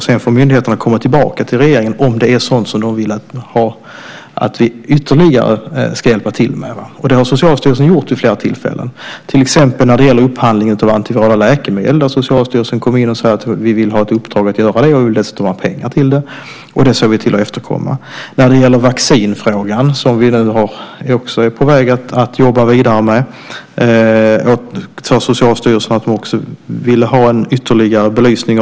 Sedan får myndigheterna komma tillbaka till regeringen om det är något som de vill ha att vi ytterligare ska hjälpa till med. Det har Socialstyrelsen gjort vid flera tillfällen, till exempel när det gäller upphandlingen av antivirala läkemedel. Socialstyrelsen har sagt att de vill ha ett uppdrag att göra det och dessutom få pengar till det. Det har vi sett till att efterkomma. När det gäller vaccinfrågan, som vi är på väg att jobba vidare med, sade Socialstyrelsen att man ville ha en ytterligare belysning.